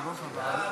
הצעת ועדת החוק,